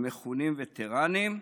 המכונים וטרנים,